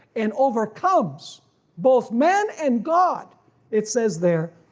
and overcomes both men and god it says there,